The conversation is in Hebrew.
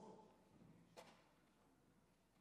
כמה